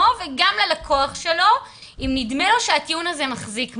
וגם ללקוח שלו אם נדמה לו שהטיעון הזה מחזיק מים.